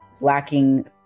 lacking